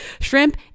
shrimp